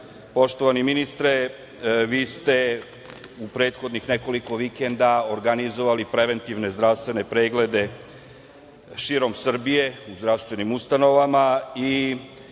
Poštovani ministre, vi ste u prethodnih nekoliko vikenda organizovali preventivne zdravstvene preglede širom Srbije u zdravstvenim ustanovama.